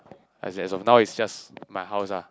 as is as of now is just my house ah